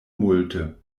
multe